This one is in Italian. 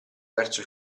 verso